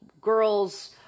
girls